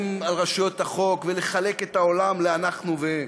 על רשויות החוק ולחלק את העולם ל"אנחנו" ו"הם".